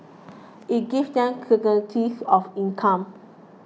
it gives them certainty of income